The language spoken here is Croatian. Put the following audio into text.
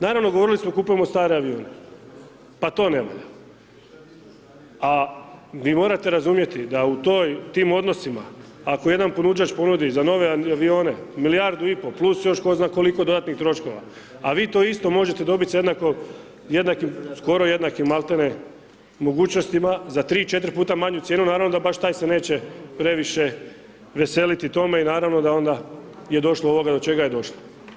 Naravno, govorili smo kupujemo stare avione, pa to ne valja, a vi morate razumjeti da u toj, tim odnosima ako jedan ponuđač ponudi za nove avione milijardu i pol, plus još tko zna koliko dodatnih troškova, a vi to isto možete dobiti za jednako, jednakim, skoro jednakim maltene mogućnostima za tri, četiri puta manju cijenu, naravno da baš taj se neće previše veseliti tome i naravno da onda je došlo do ovoga do čega je došlo.